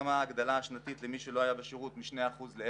צומצמה ההגדלה השנתית למי שלא היה בשירות מ-25 ל-0.75%.